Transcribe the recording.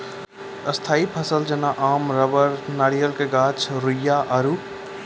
स्थायी फसल जेना आम रबड़ नारियल के गाछ रुइया आरु